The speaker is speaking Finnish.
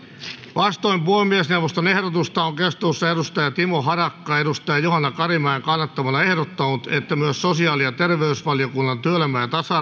vastoin puhemiesneuvoston ehdotusta on keskustelussa timo harakka johanna karimäen kannattamana ehdottanut että myös sosiaali ja terveysvaliokunnan työelämä ja ja tasa